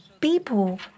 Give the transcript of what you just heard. people